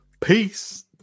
Peace